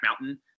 Mountain